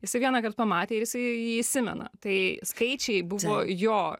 jisai vienąkart pamatė ir jisai įsimena tai skaičiai buvo jo